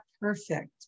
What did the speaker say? perfect